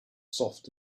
soft